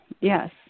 Yes